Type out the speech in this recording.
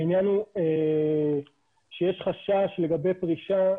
העניין הוא שיש חשש לגבי פרישה,